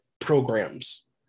programs